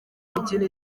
mikino